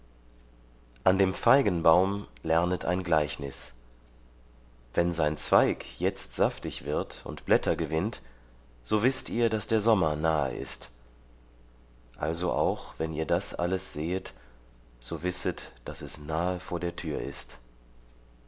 an dem feigenbaum lernet ein gleichnis wenn sein zweig jetzt saftig wird und blätter gewinnt so wißt ihr daß der sommer nahe ist also auch wenn ihr das alles sehet so wisset daß es nahe vor der tür ist